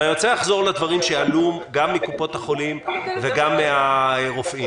אבל אני רוצה לחזור לדברים שעלו גם מקופות החולים וגם מן הרופאים.